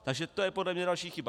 Takže to je podle mě další chyba.